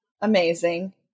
amazing